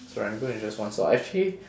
serangoon is just one stop actually